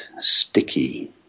sticky